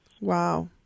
Wow